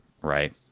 right